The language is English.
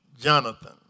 Jonathan